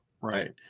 right